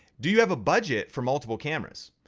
do you have a budget for multiple cameras?